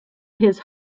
his